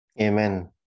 Amen